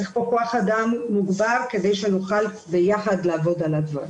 צריך פה כוח אדם מוגבר כדי שנוכל ביחד לעבוד על הדברים.